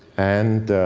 and